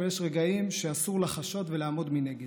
אבל יש רגעים שאסור לחשות ולעמוד מנגד.